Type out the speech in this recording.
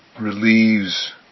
Relieves